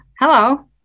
Hello